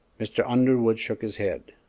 mr. underwood shook his head.